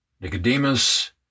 Nicodemus